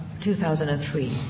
2003